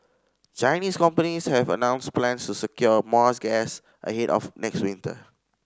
Chinese companies have announced plans to secure more's gas ahead of next winter